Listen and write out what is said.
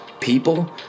people